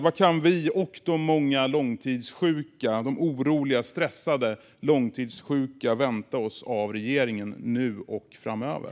Vad kan vi och de många oroliga och stressade långtidssjuka vänta oss av regeringen nu och framöver?